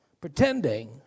pretending